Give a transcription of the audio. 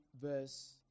verse